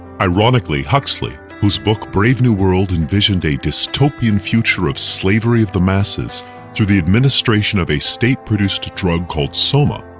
ironically, huxley, who's book, brave new world, envisioned a dystopian future of slavery of the masses through the administration of a state produced drug called soma,